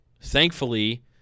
Thankfully